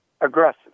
aggressive